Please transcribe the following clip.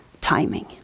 timing